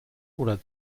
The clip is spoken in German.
oder